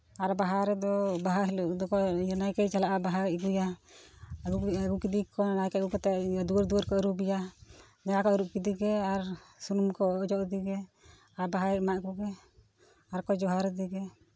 ᱟᱨ ᱵᱟᱦᱟ ᱨᱮᱫᱚ ᱵᱟᱦᱟ ᱦᱤᱞᱳᱜ ᱫᱚᱠᱚ ᱱᱟᱭᱠᱮᱭ ᱪᱟᱞᱟᱜᱼᱟ ᱵᱟᱦᱟᱭ ᱟᱹᱜᱩᱭᱟ ᱟᱹᱜᱩ ᱠᱮᱫᱮᱭᱟᱠᱚ ᱟᱫᱚ ᱱᱟᱭᱠᱮ ᱟᱹᱜᱩ ᱠᱟᱛᱮᱫ ᱫᱩᱣᱟᱹᱨ ᱫᱩᱣᱟᱹᱨ ᱠᱚ ᱟᱹᱵᱩᱠᱮᱭᱟ ᱡᱟᱸᱝᱜᱟ ᱠᱚ ᱟᱹᱵᱩᱠ ᱠᱮᱫᱮ ᱜᱮ ᱟᱨ ᱥᱩᱱᱩᱢ ᱠᱚ ᱚᱡᱚᱜ ᱟᱫᱮᱜᱮ ᱟᱨ ᱵᱟᱦᱟᱭ ᱮᱢᱟᱜ ᱠᱚᱜᱮ ᱟᱨᱠᱚ ᱡᱚᱦᱟᱨ ᱟᱫᱮᱜᱮ